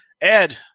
ed